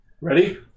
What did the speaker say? Ready